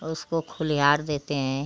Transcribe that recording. उसको खुलिहार देते हैं